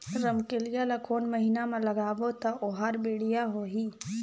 रमकेलिया ला कोन महीना मा लगाबो ता ओहार बेडिया होही?